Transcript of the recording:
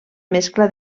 mescla